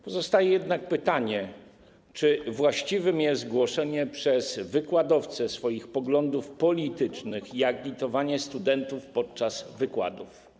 Pozostaje jednak pytanie: Czy właściwe jest głoszenie przez wykładowcę swoich poglądów politycznych i agitowanie studentów podczas wykładów?